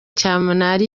cyamunara